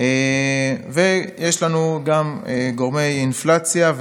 יש לנו גם גורמי אינפלציה,